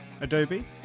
Adobe